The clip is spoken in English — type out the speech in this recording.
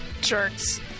Jerks